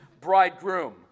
bridegroom